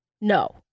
No